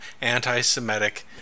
anti-Semitic